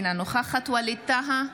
אינה נוכחת ווליד טאהא,